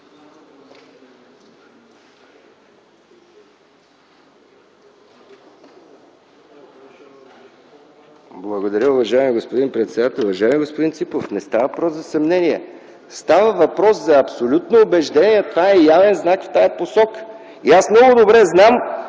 Благодаря, уважаеми господин председател. Уважаеми господин Ципов, не става въпрос за съмнения. Става въпрос за абсолютно убеждение – това е явен знак в тази посока. Аз много добре знам